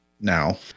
now